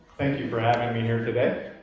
thank you for having me here today.